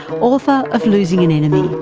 but author of losing an enemy.